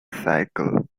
cycle